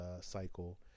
cycle